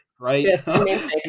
right